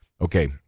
Okay